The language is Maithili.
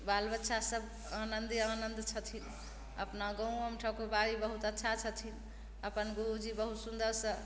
बाल बच्चा सब आनन्दे आनन्द छथिन अपना गाँवोमे ठकुरबाड़ी बहुत अच्छा छथिन अपन गुरुजी बहुत सुन्दरसँ